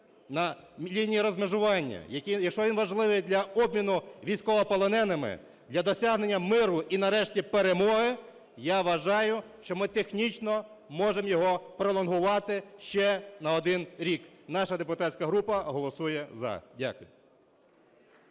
на лінії розмежування, якщо він важливий для обміну військовополоненими, для досягнення миру і нарешті – перемоги, я вважаю, що ми технічно можемо його пролонгувати ще на один рік. Наша депутатська група голосує "за". Дякую.